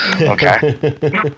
okay